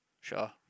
Sure